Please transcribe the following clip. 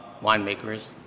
winemakers